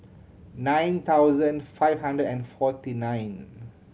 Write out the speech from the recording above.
nine thousand five hundred and forty nine